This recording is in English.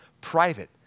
private